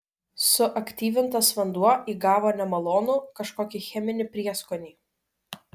suaktyvintas vanduo įgavo nemalonų kažkokį cheminį prieskonį